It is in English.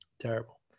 Terrible